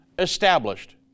established